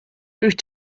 dwyt